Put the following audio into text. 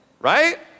right